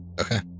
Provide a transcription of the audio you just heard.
Okay